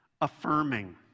affirming